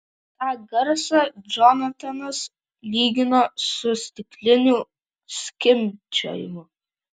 tą garsą džonatanas lygino su stiklinių skimbčiojimu